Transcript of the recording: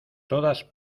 todas